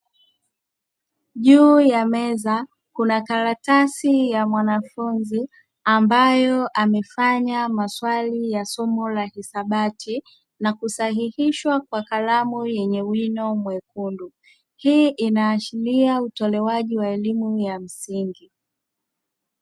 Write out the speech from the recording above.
Juu ya meza kuna karatasi ya mwanafunzi ambayo amefanya maswali ya somo la hisabati, na kusahihishwa kwa kalamu yenye wino mwekundu, hii inaashiria utolewaji wa elimu ya msingi.